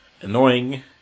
annoying